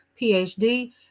PhD